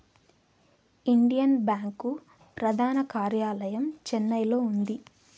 Indian bank ప్రధాన కార్యాలయం చెన్నైలో ఉంది